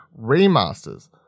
Remasters